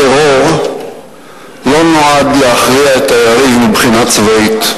טרור לא נועד להכריע את היריב מבחינה צבאית.